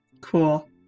cool